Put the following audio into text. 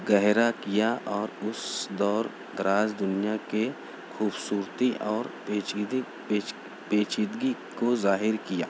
گہرا کیا اور اس دور دراز دنیا کے خوبصورتی اورپیچیدی پیچیدگی کو ظاہر کیا